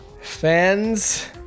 Fans